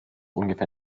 ungefähr